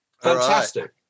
Fantastic